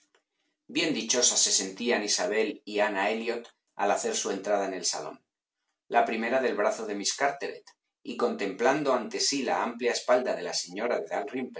bien dichosas se sentían isabel y ana elliot al hacer su entrada en el salón la primera del brazo de miss carteret y contemplando ante sí la amplia espalda de la señora